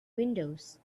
windows